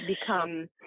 become